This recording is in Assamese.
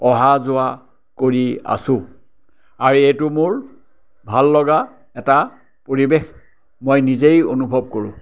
অহা যোৱা কৰি আছোঁ আৰু এইটো মোৰ ভাললগা এটা পৰিৱেশ মই নিজেই অনুভৱ কৰোঁ